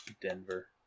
Denver